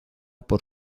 por